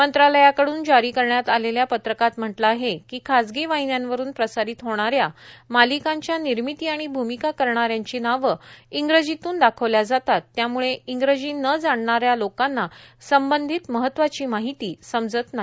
मंत्रालयाकडून जारी करण्यात आलेल्या पत्रकात म्हटलं आहे की खाजगी वाहिन्यांवरून प्रसारीत होणाऱ्या मालिकांच्या निर्मिती आणि भूमिका करणाऱ्यांची नावे इंग्रजीतून दाखवल्या जातात त्यामुळे इंग्रजी न जाणणाऱ्या लोकांना संबंधित महत्वाची माहिती समजत नाही